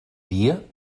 dia